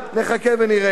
נחכה ונראה.